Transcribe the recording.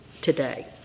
today